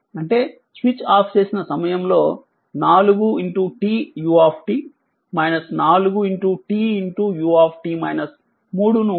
అంటే switch off చేసిన సమయం లో 4t u 4t u ను సూచిస్తుంది